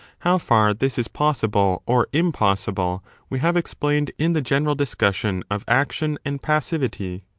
how far this is possible or impossible we have explained in the general discussion of action and passivity.